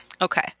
okay